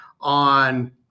on